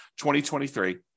2023